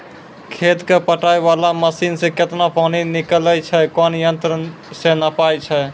खेत कऽ पटाय वाला मसीन से केतना पानी निकलैय छै कोन यंत्र से नपाय छै